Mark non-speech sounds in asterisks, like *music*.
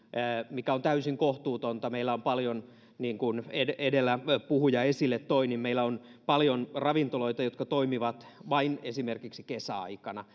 mikä on täysin kohtuutonta meillä on niin kuin edellä puhuja esille toi paljon ravintoloita jotka toimivat vain esimerkiksi kesäaikana *unintelligible*